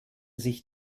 sich